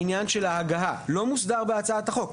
העניין של ההגהה לא מוסדר בהצעת החוק.